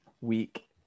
week